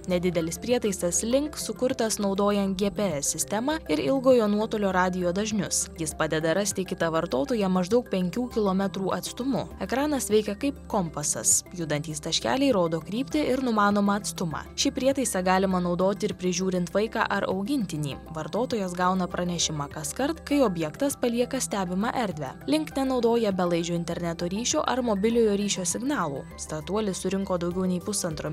nedidelis prietaisas link sukurtas naudojant gps sistemą ir ilgojo nuotolio radijo dažnius jis padeda rasti kitą vartotoją maždaug penkių kilometrų atstumu ekranas veikia kaip kompasas judantys taškeliai rodo kryptį ir numanomą atstumą šį prietaisą galima naudoti ir prižiūrint vaiką ar augintinį vartotojas gauna pranešimą kaskart kai objektas palieka stebimą erdvę link nenaudoja belaidžio interneto ryšio ar mobiliojo ryšio signalų startuolis surinko daugiau nei pusantro